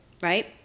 right